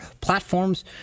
platforms